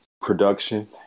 production